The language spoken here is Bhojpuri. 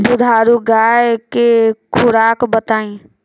दुधारू गाय के खुराक बताई?